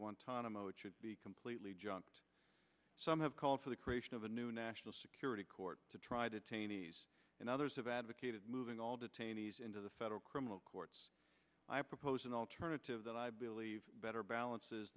guantanamo it should be completely jumped some have called for the creation of a new national security court to try to cheney and others have advocated moving all detainees into the federal criminal courts i propose an alternative that i believe better balances